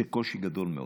זה קושי גדול מאוד.